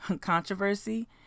controversy